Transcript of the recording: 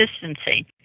consistency